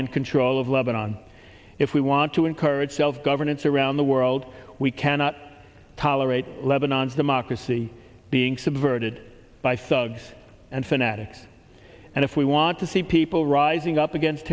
an control of lebanon if we want to encourage self governance around the world we cannot tolerate lebanon's democracy being subverted by suggs and fanatics and if we want to see people rising up against